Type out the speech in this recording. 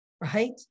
right